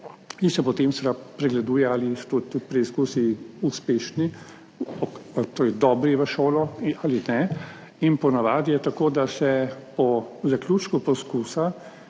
in se potem seveda pregleduje, ali so preizkusi uspešni. To je dobri v šolo ali ne. In po navadi je tako, da se po zaključku poskusa